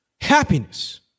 happiness